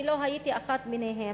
אני לא הייתי אחת מהם,